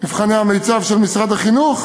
מבחני המיצ"ב של משרד החינוך,